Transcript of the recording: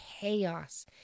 Chaos